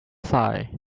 psi